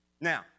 Now